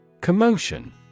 Commotion